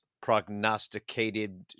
prognosticated